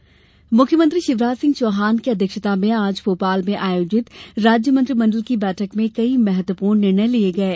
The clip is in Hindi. कैबिनेट मुख्यमंत्री शिवराज सिंह चौहान की अध्यक्षता में आज भोपाल में आयोजित राज्य मंत्रिमंडल की बैठक में कई महत्वपूर्ण निर्णय लिये गये